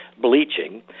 bleaching